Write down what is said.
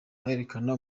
berekana